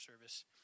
service